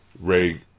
Ray